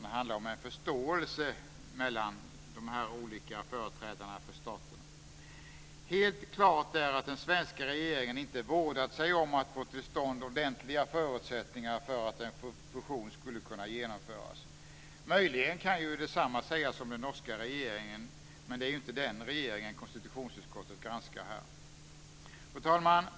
Det handlar om en förståelse mellan de olika företrädarna för staterna. Helt klart är att den svenska regeringen inte vårdat sig om att få till stånd ordentliga förutsättningar för att en fusion skulle kunna genomföras. Möjligen kan detsamma sägas om den norska regeringen, men det är ju inte den regeringen konstitutionsutskottet granskar här. Fru talman!